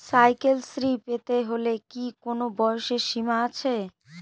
Cycle Shri পেতে হলে কি কোনো বয়সের সীমা আছে?